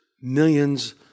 millions